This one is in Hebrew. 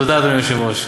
תודה, אדוני היושב-ראש.